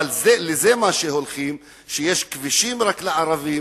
אבל זה מה שהולכים אליו, שיש כבישים רק לערבים